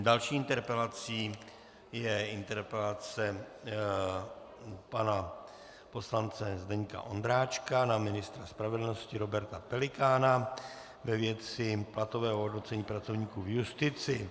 Další interpelací je interpelace pana poslance Zdeňka Ondráčka na ministra spravedlnosti Roberta Pelikána ve věci platového hodnocení pracovníků v justici.